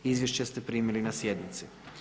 Izvješće ste primili na sjednici.